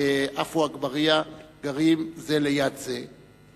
עפו אגבאריה גרים זה ליד זה,